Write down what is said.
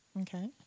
Okay